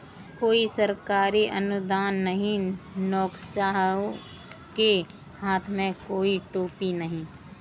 कोई सरकारी अनुदान नहीं, नौकरशाहों के हाथ में कोई टोपी नहीं